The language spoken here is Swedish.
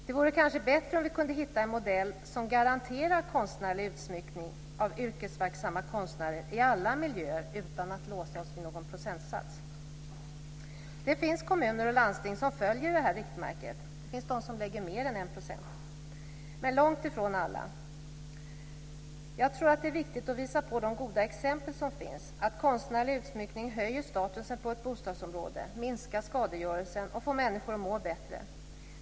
Det vore kanske bättre om vi kunde hitta en modell som garanterar konstnärlig utsmyckning av yrkesverksamma konstnärer i alla miljöer utan att låsa oss vid någon procentsats. Det finns kommuner och landsting som följer det här riktmärket - det finns de som lägger mer än 1 %- men långtifrån alla. Jag tror att det är viktigt att visa på de goda exempel som finns, nämligen att konstnärlig utsmyckning höjer statusen på ett bostadsområde, minskar skadegörelsen och får människor att må bättre.